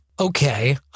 okay